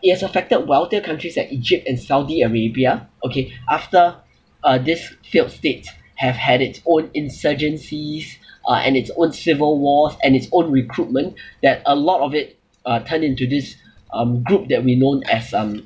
it has affected wealthier countries like egypt and saudi arabia okay after uh this failed state have had its own insurgencies uh and it's own civil wars and its own recruitment that a lot of it uh turned into this um group that we known as um